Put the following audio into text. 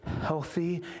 healthy